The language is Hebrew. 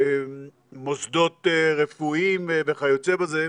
מוסדות רפואיים וכיוצא בזה,